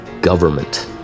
government